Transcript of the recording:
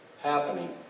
happening